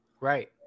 Right